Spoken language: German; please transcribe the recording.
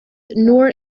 nur